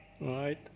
Right